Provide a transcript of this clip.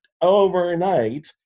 overnight